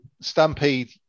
Stampede